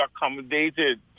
accommodated